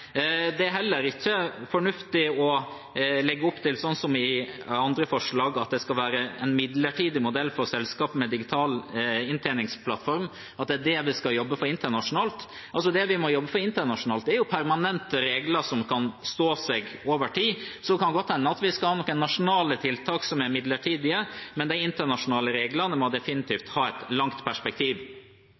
Det er heller ikke fornuftig, som det står i forslag nr. 2, å legge opp til «en midlertidig modell for selskaper med digital inntjeningsplattform» og jobbe for det internasjonalt. Det vi må jobbe for internasjonalt, er permanente regler som kan stå seg over tid. Det kan godt hende vi skal ha noen nasjonale tiltak som er midlertidige, men de internasjonale reglene må definitivt ha et langt perspektiv.